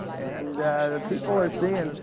and people are seeing,